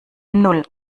null